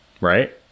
right